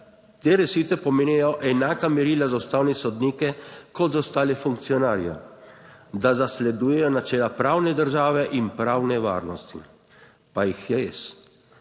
te rešitve pomenijo enaka merila za ustavne sodnike, kot za ostale funkcionarje, da zasledujejo načela pravne države in pravne varnosti. Pa jih je res?